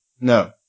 No